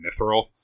mithril